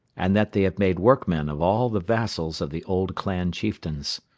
and that they have made workmen of all the vassals of the old clan chieftains.